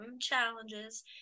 challenges